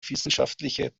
wissenschaftliche